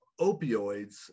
opioids